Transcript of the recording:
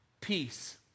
peace